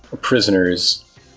prisoners